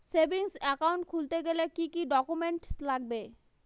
Savings account খুলতে গেলে কি কি ডকুমেন্টস লাগবে?